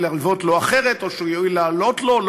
או שיואיל להלוות לו אחרת,